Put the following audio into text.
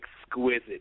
exquisite